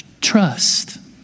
trust